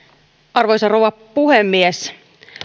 arvoisa rouva puhemies